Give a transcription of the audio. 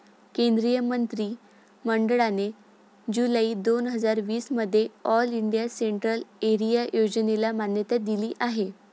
केंद्रीय मंत्रि मंडळाने जुलै दोन हजार वीस मध्ये ऑल इंडिया सेंट्रल एरिया योजनेला मान्यता दिली आहे